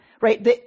right